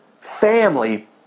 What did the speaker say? family